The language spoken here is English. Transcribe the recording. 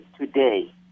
today